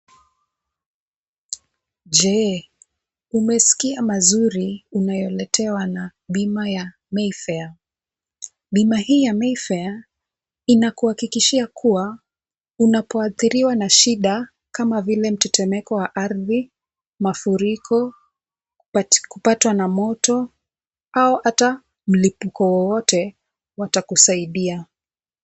Je, umesikia mazuri unayoletewa na bima ya Mayfair? Bima hii ya Mayfair, inakuhakikishia kuwa, unapoathiriwa na shida kama vile mtetemeko wa ardhi, mafuriko, kupatwa na moto au hata mlipuko wowote, watakusaidia.